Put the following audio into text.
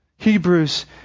Hebrews